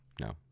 No